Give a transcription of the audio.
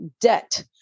debt